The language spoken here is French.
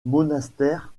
monastères